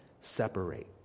separate